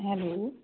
hello